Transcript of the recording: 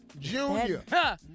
Junior